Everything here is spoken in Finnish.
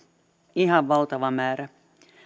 ihan valtava määrä